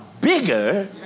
bigger